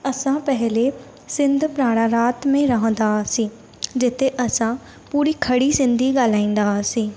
असां पहले सिंध प्राणारात में रहंदा हुआसीं जिते असां पूरी खड़ी सिंधी ॻाल्हाईंदा हुआसीं